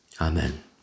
Amen